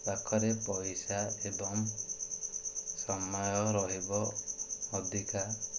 ପାଖରେ ପଇସା ଏବଂ ସମୟ ରହିବ ଅଧିକା